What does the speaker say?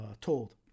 told